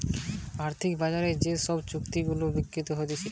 আর্থিক বাজারে যে সব চুক্তি গুলা বিক্রি হতিছে